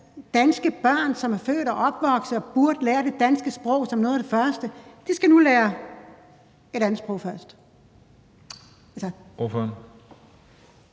danske børn, som er født og opvokset her, og som burde lære det danske sprog som noget af det første; de skal nu lære et andet sprog først.